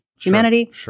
humanity